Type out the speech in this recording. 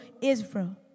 Israel